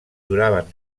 duraven